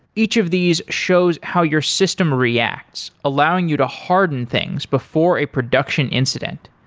each of these shows how your system reacts allowing you to harden things before a production incident.